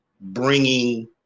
bringing